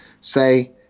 say